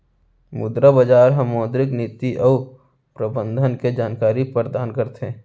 मुद्रा बजार ह मौद्रिक नीति अउ प्रबंधन के जानकारी परदान करथे